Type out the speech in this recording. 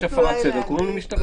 יש הפרת סדר, קוראים למשטרה.